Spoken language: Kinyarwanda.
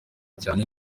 cyane